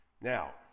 now